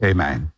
Amen